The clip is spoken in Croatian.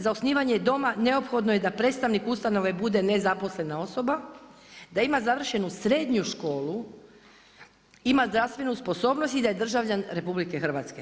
Za osnivanje doma neophodno je da predstavnik ustanove bude nezaposlena osoba, da ima završenu srednju školu, ima zdravstvenu sposobnost i da je državljan RH.